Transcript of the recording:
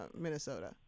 Minnesota